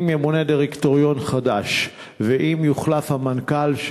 אם ימונה דירקטוריון חדש ואם יוחלף המנכ"ל,